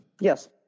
Yes